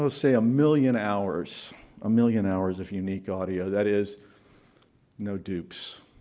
ah say a million hours a million hours of unique audio, that is no dupes,